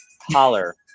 holler